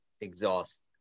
exhaust